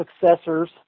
successors